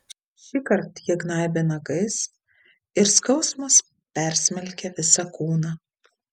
šįkart jie gnaibė nagais ir skausmas persmelkė visą kūną